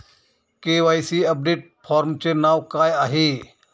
KYC update फॉर्मचे नाव काय आहे?